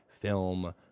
film